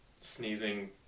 sneezing